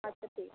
আচ্ছা ঠিক আছে